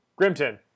Grimton